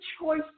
choice